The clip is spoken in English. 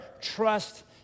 trust